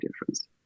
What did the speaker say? difference